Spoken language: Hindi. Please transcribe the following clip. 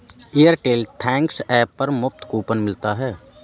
एयरटेल थैंक्स ऐप पर मुफ्त कूपन मिलता है